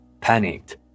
Panicked